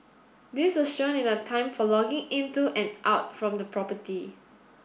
this was shown in the time for logging into and out from the property